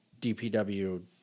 DPW